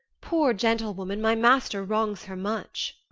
poor gentlewoman, my master wrongs her much.